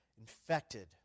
infected